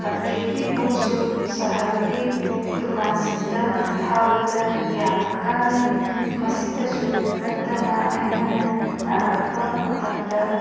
ꯀꯟꯇ꯭ꯔꯤꯒꯤ ꯄꯣꯠꯁꯨ ꯁꯍ꯭ꯔꯒꯤ ꯗꯨꯀꯥꯟꯁꯤꯡꯗ ꯊꯥꯕꯗ ꯌꯥꯝꯅ ꯀꯥꯟꯅꯩ ꯃꯁꯤꯗꯁꯨ ꯅꯠꯇꯅ ꯑꯩꯅ ꯅꯥꯔꯛꯄ ꯃꯇꯝꯗ